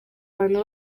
abantu